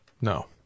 No